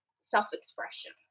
self-expression